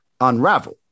unravel